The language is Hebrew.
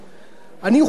אני אוכל להבין.